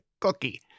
cookie